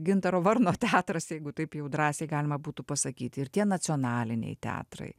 gintaro varno teatras jeigu taip jau drąsiai galima būtų pasakyt ir tie nacionaliniai teatrai